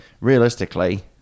realistically